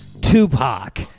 Tupac